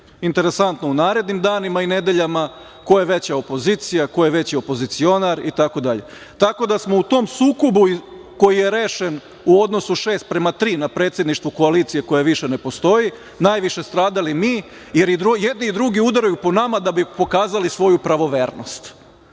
interesantno u narednim danima i nedeljama, ko je veća opozicija, ko je veći opozicionar itd. Tako da smo u tom sukobu koji je rešen u odnosu šest prema tri na predsedništvu koalicije koja više ne postoji, najviše stradali mi, jer i jedni i drugi udaraju po nama da bi pokazali svoju pravovernost.